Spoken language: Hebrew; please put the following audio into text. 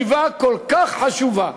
ישיבה כל כך חשובה,